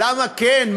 למה כן,